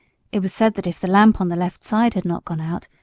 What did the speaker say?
it was said that if the lamp on the left side had not gone out,